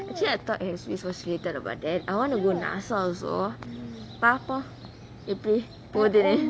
actually I thought it will be associated about that I want to go NASA also but for பாப்போம் எப்பிடி போதுனு:paapom epidi pothunu